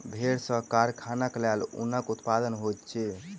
भेड़ सॅ कारखानाक लेल ऊनक उत्पादन होइत अछि